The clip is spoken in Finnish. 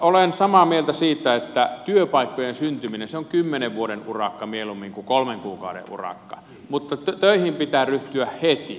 olen samaa mieltä siitä että työpaikkojen syntyminen on kymmenen vuoden urakka mieluummin kuin kolmen kuukauden urakka mutta töihin pitää ryhtyä heti